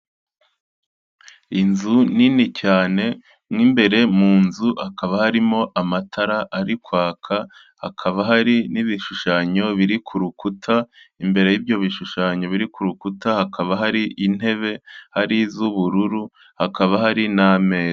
Inzu nini cyane mo imbere mu nzu hakaba harimo amatara ari kwaka, hakaba hari n'ibishushanyo biri ku rukuta, imbere y'ibyo bishushanyo biri ku rukuta hakaba hari intebe, hari iz'ubururu, hakaba hari n'ameza.